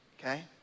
Okay